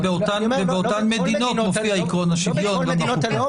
ובאותן מדינות מופיע עיקרון השוויון גם בחוקה.